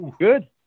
good